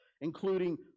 including